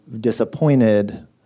disappointed